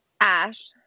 ash